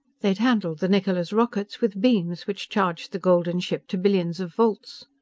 they'd handled the niccola's rockets with beams which charged the golden ship to billions of volts.